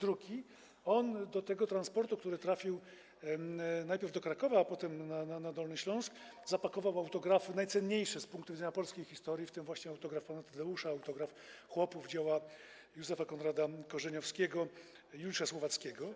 druki, on do tego transportu, który trafił najpierw do Krakowa, a potem na Dolny Śląsk, zapakował autografy najcenniejsze z punktu widzenia polskiej historii, w tym autograf „Pana Tadeusza”, autograf „Chłopów”, dzieła Józefa Konrada Korzeniowskiego, Juliusza Słowackiego.